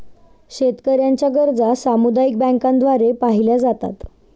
शेतकऱ्यांच्या गरजा सामुदायिक बँकांद्वारे पाहिल्या जातात